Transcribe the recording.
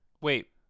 Wait